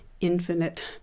infinite